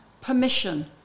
permission